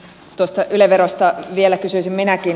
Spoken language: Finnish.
tuosta yle verosta vielä kysyisin minäkin